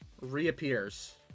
reappears